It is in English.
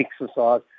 exercise